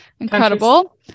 Incredible